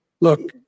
Look